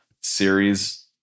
series